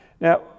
Now